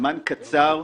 הזמן קצר,